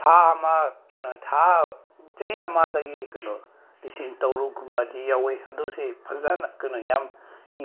ꯊꯥ ꯑꯃ ꯀꯩꯅꯣ ꯊꯥ ꯆꯍꯤ ꯑꯃꯗꯒꯤ ꯀꯩꯅꯣ ꯂꯤꯁꯤꯡ ꯇꯔꯨꯛꯀꯨꯝꯕꯗꯤ ꯌꯧꯋꯦ ꯑꯗꯨꯁꯦ ꯐꯖꯅ ꯀꯩꯅꯣ ꯌꯥꯝ